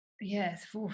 yes